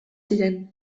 ziren